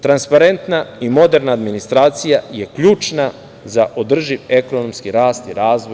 Transparentna i moderna administracija je ključna za održiv ekonomski rast i razvoj.